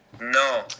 No